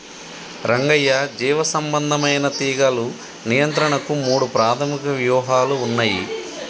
రంగయ్య జీవసంబంధమైన తీగలు నియంత్రణకు మూడు ప్రాధమిక వ్యూహాలు ఉన్నయి